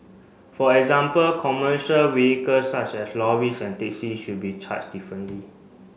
for example commercial vehicles such as lorries and taxis should be charged differently